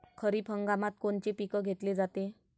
खरिप हंगामात कोनचे पिकं घेतले जाते?